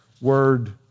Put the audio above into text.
word